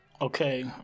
Okay